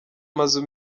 amazu